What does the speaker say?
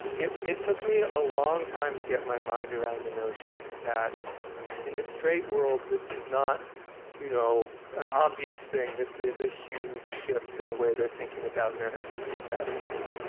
it it took me a long time to get my mind around the notion that in the straight world, this is not you know an obvious thing. this is a huge shift in the way they're thinking about marriage for three thousand years.